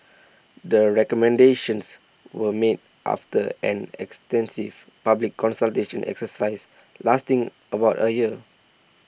the recommendations were made after an extensive public consultation exercise lasting about a year